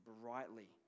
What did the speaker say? brightly